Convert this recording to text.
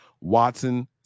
Watson